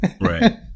Right